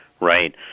Right